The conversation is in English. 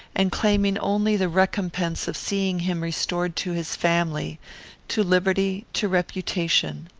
and claiming only the recompense of seeing him restored to his family to liberty to reputation.